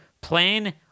plan